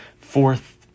Fourth